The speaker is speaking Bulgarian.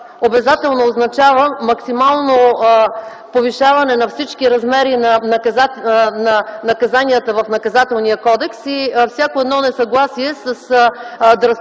обезателно означава максимално повишаване на всички размери на наказанията в Наказателния кодекс и всяко едно несъгласие с драстичното